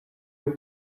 aux